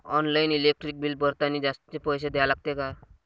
Online electric bill भरतानी जास्तचे पैसे द्या लागते का?